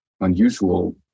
unusual